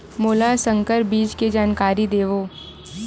मोला संकर बीज के जानकारी देवो?